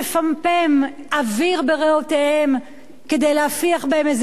אוויר בריאותיהם כדי להפיח בהם איזו רוח חיים.